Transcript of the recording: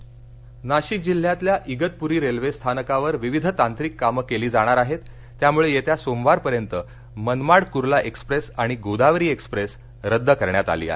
नाशिक नाशिक जिल्ह्यातल्या इगतपुरी रेल्वे स्थानकावर विविध तांत्रिक कामं केली जाणार आहेत त्यामुळे येत्या सोमवारपर्यंत मनमाड कुर्ला एक्स्प्रेस आणि गोदावरी एक्स्प्रेस रद्द करण्यात आली आहे